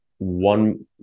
one